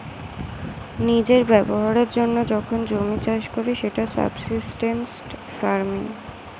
নিজের ব্যবহারের জন্য যখন জমি চাষ করে সেটা সাবসিস্টেন্স ফার্মিং